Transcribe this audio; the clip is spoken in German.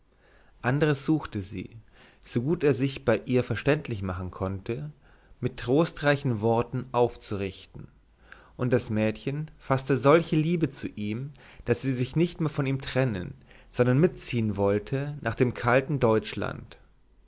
andres suchte sie so gut er sich ihr verständlich machen konnte mit trostreichen worten aufzurichten und das mädchen faßte solche liebe zu ihm daß sie sich nicht mehr von ihm trennen sondern mitziehen wollte nach dem kalten deutschland